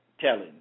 telling